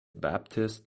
baptist